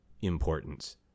importance